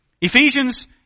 Ephesians